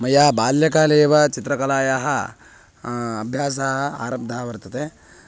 मया बाल्यकाले एव चित्रकलायाः अभ्यासः आरब्धः वर्तते